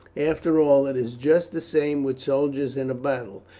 after all, it is just the same with soldiers in a battle.